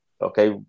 Okay